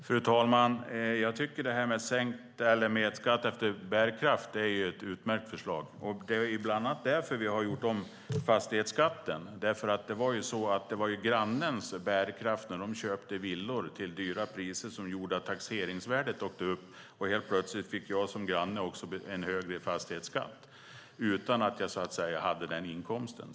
Fru talman! Jag tycker att skatt efter bärkraft är ett utmärkt förslag. Det är bland annat därför vi har gjort om fastighetsskatten. Det var grannarnas bärkraft när de köpte villor till höga priser som gjorde att taxeringsvärdena åkte upp, och helt plötsligt fick jag som granne också en högre fastighetsskatt utan att jag hade den inkomsten.